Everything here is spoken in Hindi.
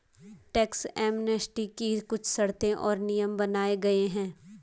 टैक्स एमनेस्टी की कुछ शर्तें और नियम बनाये गये हैं